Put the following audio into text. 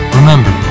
Remember